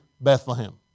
Bethlehem